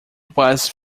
was